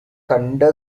கண்ட